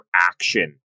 action